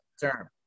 term